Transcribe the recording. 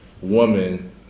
woman